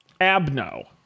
Abno